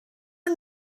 yng